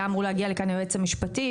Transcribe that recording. היה אמור להגיע לכאן היועץ המשפטי,